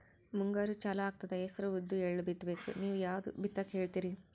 ಮುಂಗಾರು ಚಾಲು ಆಗ್ತದ ಹೆಸರ, ಉದ್ದ, ಎಳ್ಳ ಬಿತ್ತ ಬೇಕು ನೀವು ಯಾವದ ಬಿತ್ತಕ್ ಹೇಳತ್ತೀರಿ?